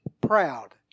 proud